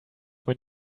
when